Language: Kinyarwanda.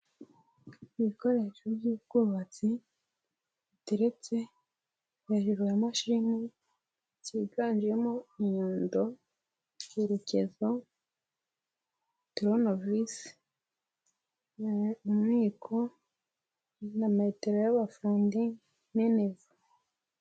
Ibikoresho by'ubwubatsi biteretse hejuru ya mashini ziganjemo: inyundo, urukezo toronovise, umwiko na metero y'abafundi ni n'ivo.